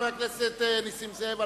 חבר הכנסת נסים זאב,